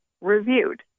reviewed